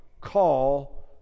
call